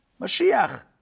Mashiach